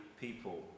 people